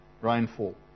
rainfall